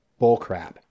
bullcrap